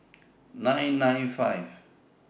nine nine five